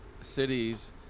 cities